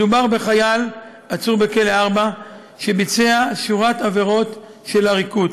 מדובר בחייל עצור בכלא 4 שביצע שורת עבירות של עריקות.